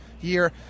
year